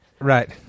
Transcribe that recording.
Right